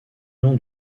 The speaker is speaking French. nom